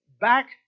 back